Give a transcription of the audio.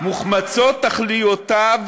מוחמצות תכליותיו